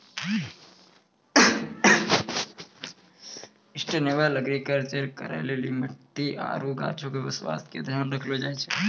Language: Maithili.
सस्टेनेबल एग्रीकलचर करै लेली मट्टी आरु गाछो के स्वास्थ्य के ध्यान राखलो जाय छै